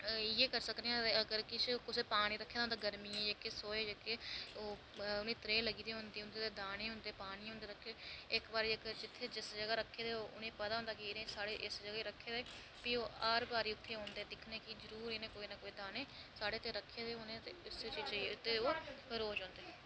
इ'यै करी सकने किश अगर किश कुसै पानी रक्खे दा होंदा गर्मियें जेह्के सोहे जेह्के उ'नें ई त्रेह् लगी दी होंदी ते उं'दे ताईं दानें होंदे पानी होंदा रक्खे दे इक बारी इक जिस जगह् रक्खे दे उ'नें ई पता होंदा इ'नें ई साढ़े इस जगह् रक्खे दे भी ओह् हर बारी औंदे दिक्खने गी दाने साढ़े ताईं रक्खे दे भी उ'नें उस्सै चीजां ई ते ओह् रोज औंदे